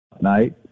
night